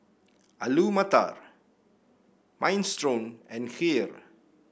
Alu Matar Minestrone and Kheer